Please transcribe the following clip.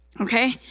okay